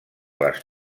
les